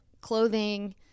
clothing